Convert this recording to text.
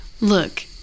look